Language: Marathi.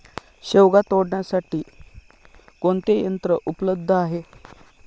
शेवगा तोडण्यासाठी कोणते यंत्र उपलब्ध आहे?